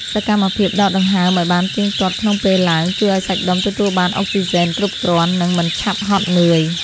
សកម្មភាពដកដង្ហើមឱ្យបានទៀងទាត់ក្នុងពេលឡើង ជួយឱ្យសាច់ដុំទទួលបានអុកស៊ីសែនគ្រប់គ្រាន់ និងមិនឆាប់ហត់នឿយ។